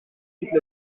toute